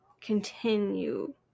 continue